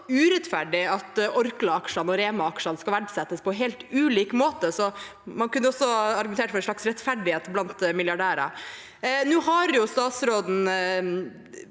urettferdig at Orkla-aksjene og Rema-aksjene skal verdsettes på helt ulik måte – så man kunne også argumentert for en slags rettferdighet blant milliardærer. Nå har jo statsråden